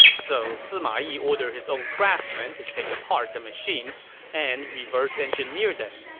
so sima yi ordered his own craftsmen to take apart the machines and reverse engineer them.